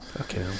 Okay